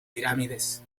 pirámides